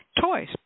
toys